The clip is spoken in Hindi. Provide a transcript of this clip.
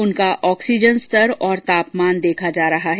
उनका ऑक्सीजन स्तर और तापमान देखा जा रहा है